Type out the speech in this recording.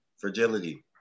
Fragility